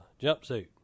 jumpsuit